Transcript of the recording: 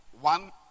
one